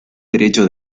derecho